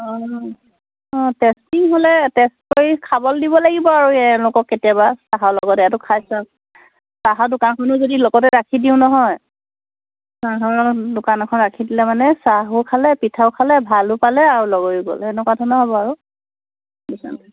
অঁ অঁ টেষ্টিং হ'লে টেষ্টে কৰি খাবলৈ দিব লাগিব আৰু তেওঁলোকক কেতিয়াবা চাহৰ লগত এইটো খাই চােৱা চাহৰ দোকানখনো যদি লগতে ৰাখি দিওঁ নহয় চাহৰ দোকান এখন ৰাখি দিলে মানে চাহো খালে পিঠাও খালে ভালো পালে আৰু লৈও গ'ল এনেকুৱা ধৰণৰ হ'ব আৰু